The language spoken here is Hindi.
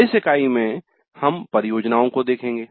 इस इकाई में हम परियोजनाओं को देखेंगे